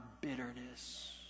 bitterness